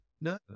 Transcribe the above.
no